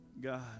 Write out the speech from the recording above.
God